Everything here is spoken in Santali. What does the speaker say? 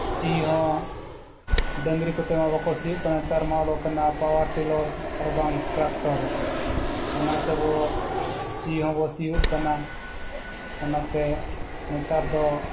ᱥᱤ ᱦᱚᱸ ᱰᱟᱹᱝᱨᱤ ᱠᱚᱛᱮ ᱢᱟ ᱵᱟᱠᱚ ᱥᱤᱣᱳᱜ ᱠᱟᱱᱟ ᱱᱮᱛᱟᱨ ᱢᱟ ᱚᱰᱚᱠ ᱮᱱᱟ ᱯᱟᱣᱟᱨ ᱴᱤᱞᱟᱨ ᱟᱨᱵᱟᱝ ᱴᱨᱟᱠᱴᱚᱨ ᱚᱱᱟ ᱛᱮᱵᱚ ᱥᱤ ᱦᱚᱸᱵᱚ ᱥᱤᱭᱳᱜ ᱠᱟᱱᱟ ᱚᱱᱟᱛᱮ ᱱᱮᱛᱟᱨ ᱫᱚ